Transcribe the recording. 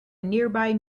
nearby